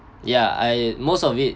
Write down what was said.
ya I most of it